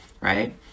right